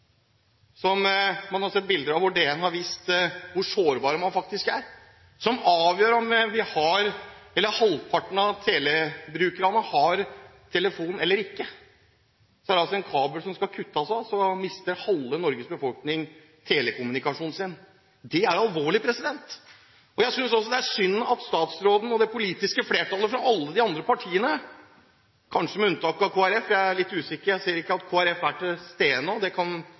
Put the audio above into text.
som man har sett bilder av – Dagens Næringsliv har vist hvor sårbar man faktisk er – som avgjør om halvparten av telebrukerne har telefon eller ikke. Det er bare en kabel som skal kuttes av, så mister halvparten av Norges befolkning telekommunikasjonen sin. Det er alvorlig. Jeg synes også det er synd at statsråden og det politiske flertallet fra alle de andre partiene ikke er med på dette, kanskje med unntak av Kristelig Folkeparti – jeg er litt usikker. Jeg ser ikke at Kristelig Folkeparti er til stede nå, det kan